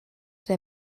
der